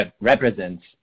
represents